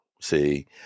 See